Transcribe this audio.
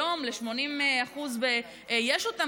היום ל-80% יש אותם,